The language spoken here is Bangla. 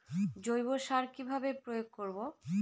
জৈব সার কি ভাবে প্রয়োগ করব?